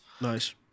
Nice